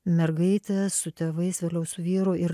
mergaitė su tėvais vėliau su vyru ir